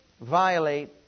violate